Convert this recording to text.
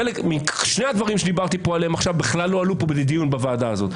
שני הדברים שדיברתי עליהם פה עכשיו בכלל לא עלו לדיון בוועדה הזאת,